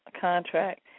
contract